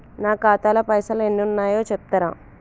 నా ఖాతా లా పైసల్ ఎన్ని ఉన్నాయో చెప్తరా?